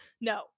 No